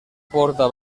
porta